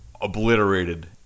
obliterated